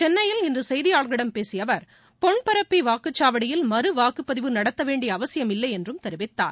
சென்னையில் இன்று செய்தியாளர்களிடம் பேசிய அவர் பொன்பரப்பி வாக்குச்சாவடியில் மறுவாக்குப்பதிவு நடத்த வேண்டிய அவசியம் இல்லை என்றும் தெரிவித்தார்